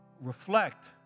Reflect